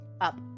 up